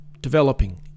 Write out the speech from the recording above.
developing